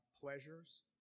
pleasures